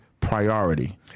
priority